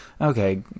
okay